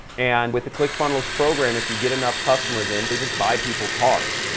and with the click funnels program, if you get enough customers in, they just buy people cars.